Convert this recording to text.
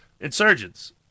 insurgents